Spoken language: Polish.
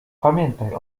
pamiętaj